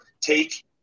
take